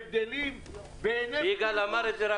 הבדלים --- גם יגאל גואטה אמר את זה.